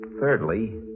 Thirdly